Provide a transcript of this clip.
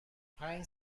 پنج